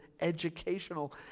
educational